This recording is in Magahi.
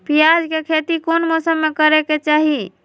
प्याज के खेती कौन मौसम में करे के चाही?